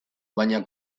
baina